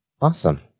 Awesome